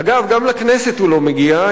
אגב, גם לכנסת הוא לא מגיע.